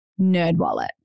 Nerdwallet